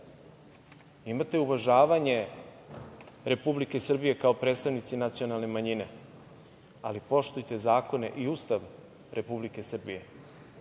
imate? Imate uvažavanje Republike Srbije kao predstavnici nacionalne manje, ali poštujte zakone i Ustav Republike Srbije.